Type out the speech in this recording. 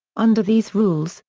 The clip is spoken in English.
under these rules,